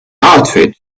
outfit